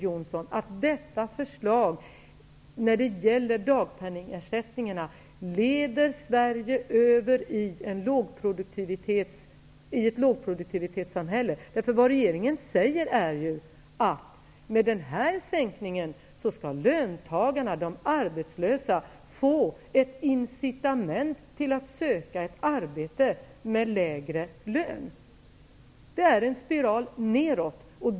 Jonsson, leder Sverige över till ett lågproduktivitetssamhälle. Vad regeringen säger är ju att de arbetslösa skall få ett incitament till att söka ett arbete med lägre lön. Det innebär en spiral nedåt.